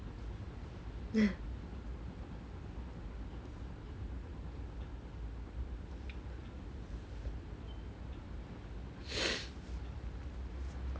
yeah